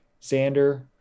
Xander